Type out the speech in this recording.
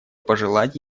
пожелать